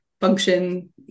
function